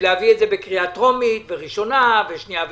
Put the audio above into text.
ולהביא את זה בקריאה טרומית וראשונה ושנייה ושלישית,